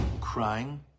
crying